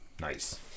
Nice